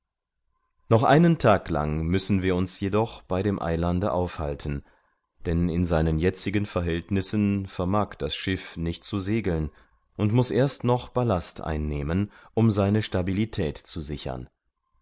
noch einen tag lang müssen wir uns jedoch bei dem eilande aufhalten denn in seinen jetzigen verhältnissen vermag das schiff nicht zu segeln und muß erst noch ballast einnehmen um seine stabilität zu sichern